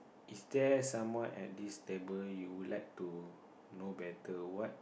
is there someone at this table you would like to know better what